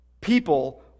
people